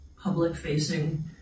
public-facing